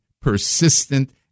persistent